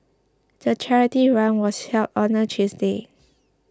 the charity run was held on a Tuesday